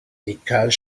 because